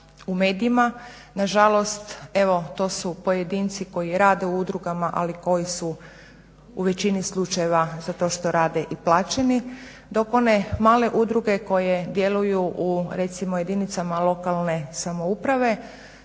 u medijima, nažalost evo to su pojedinci koji rade u udrugama, ali koji su ču većini slučajeva za to što rade i plaćeni, dok one male udruge koje djeluju recimo u jedinicama lokalne samouprave